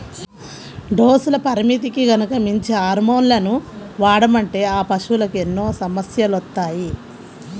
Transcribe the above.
డోసుల పరిమితికి గనక మించి హార్మోన్లను వాడామంటే ఆ పశువులకి ఎన్నో సమస్యలొత్తాయి